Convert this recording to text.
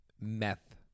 meth